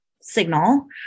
signal